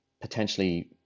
potentially